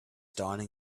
dawning